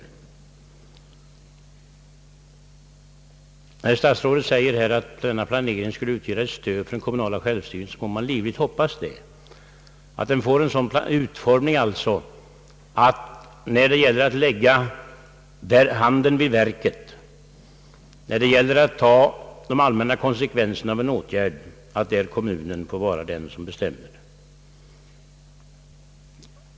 När herr statsrådet säger att denna planering skulle utgöra ett stöd för den kommunala självstyrelsen får man livligt hoppas att den får en sådan utformning att kommunen blir den som bestämmer.